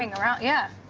ah room? yeah,